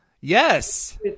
yes